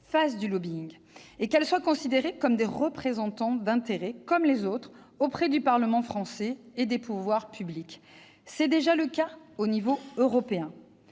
fassent du lobbying et qu'elles soient considérées comme des représentants d'intérêts comme les autres auprès du parlement français et des pouvoirs publics ; c'est déjà le cas au niveau européen.